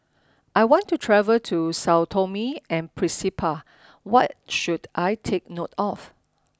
I want to travel to Sao Tome and Principe what should I take note of